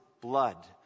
blood